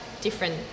different